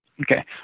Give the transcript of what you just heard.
Okay